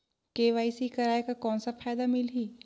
KYC कराय कर कौन का फायदा मिलही?